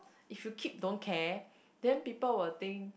if you keep don't care then people will think